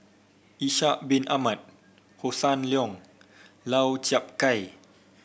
Ishak Bin Ahmad Hossan Leong Lau Chiap Khai